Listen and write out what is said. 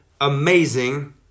amazing